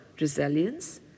resilience